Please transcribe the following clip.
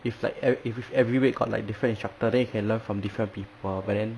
if like e~ if if if every week got like different instructor then you can learn from different people but then